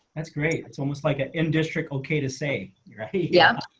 that's great. it's almost like in district okay to say yeah,